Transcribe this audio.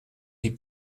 die